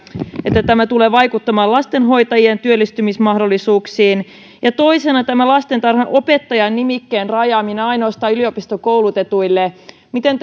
että tämä tulee vaikuttamaan lastenhoitajien työllistymismahdollisuuksiin toisena tämä lastentarhanopettajan nimikkeen rajaaminen ainoastaan yliopistokoulutetuille miten